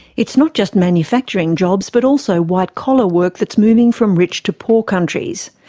it's not just manufacturing jobs, but also white-collar work that's moving from rich to poor countries.